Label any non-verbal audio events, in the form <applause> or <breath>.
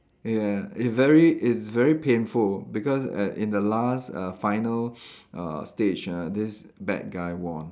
ya it very it's very painful because uh in the last uh final <breath> uh stage uh this bad guy won